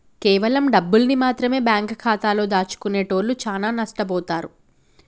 కేవలం డబ్బుల్ని మాత్రమె బ్యేంకు ఖాతాలో దాచుకునేటోల్లు చానా నట్టబోతారు